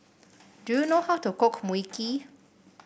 do you know how to cook Mui Kee